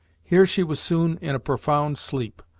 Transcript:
here she was soon in a profound sleep,